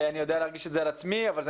אני יודע להרגיש את זה על עצמי אבל זה